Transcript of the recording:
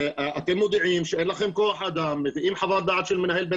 אתם מביאים חוות דעת שאין לכם מספיק כוח אדם,